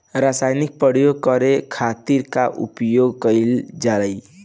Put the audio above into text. रसायनिक प्रयोग करे खातिर का उपयोग कईल जाइ?